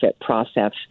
process